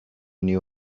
knew